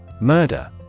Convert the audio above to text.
Murder